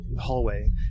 hallway